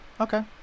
Okay